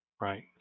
Right